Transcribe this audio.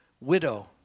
widow